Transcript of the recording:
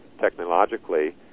technologically